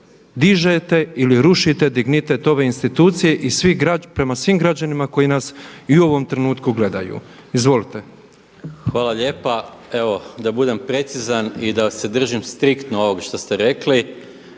dižete ili rušite dignitet ove institucije prema svim građanima koji nas i u ovom trenutku gledaju. Izvolite. **Maras, Gordan (SDP)** Hvala lijepa. Evo da budem precizan i da se držim striktno ovog što ste rekli.